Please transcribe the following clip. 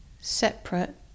separate